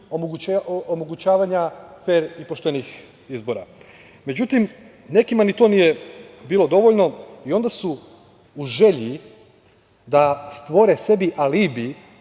omogućavanja fer i poštenih izbora.Međutim, nekima ni to nije bilo dovoljno i onda su u želji da stvore sebi alibi